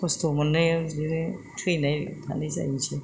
खस्थ' मोनो बिदिनो थैनाय मानाय जाहैनोसै